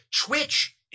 Twitch